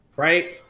Right